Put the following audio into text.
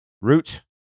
Root